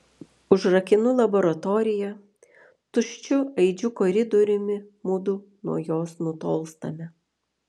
užrakinu laboratoriją tuščiu aidžiu koridoriumi mudu nuo jos nutolstame